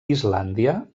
islàndia